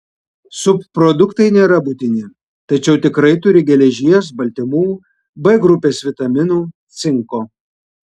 subproduktai nėra būtini tačiau tikrai turi geležies baltymų b grupės vitaminų cinko